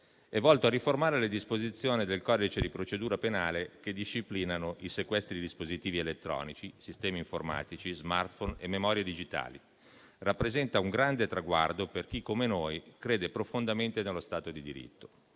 è volto a riformare le disposizioni del codice di procedura penale che disciplinano i sequestri di dispositivi elettronici, sistemi informatici, *smartphone* e memorie digitali. Rappresenta un grande traguardo per chi come noi crede profondamente nello Stato di diritto.